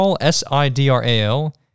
S-I-D-R-A-L